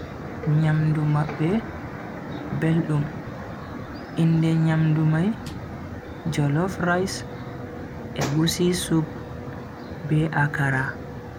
Nyamdu mabbe beldum, inde nyamdu mai jollof rice, egusi soup be akara.